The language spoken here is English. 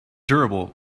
durable